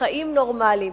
מחיים נורמליים,